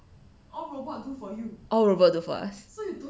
all robots do for us